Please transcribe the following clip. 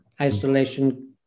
isolation